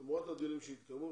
למרות הדיונים שהתקיימו,